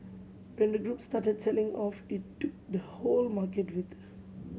when the group started selling off it took the whole market with